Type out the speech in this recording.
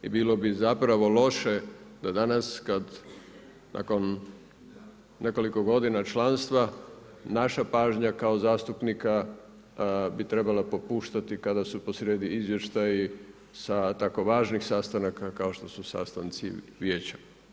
I bilo bi zapravo loše da danas kada nakon nekoliko godina članstva naša pažnja kao zastupnika bi trebala popuštati, kada su posrijedi izvještaji sa tako važnih sastanaka kao što su sastanci Vijeća.